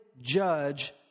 judge